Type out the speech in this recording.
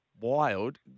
Wild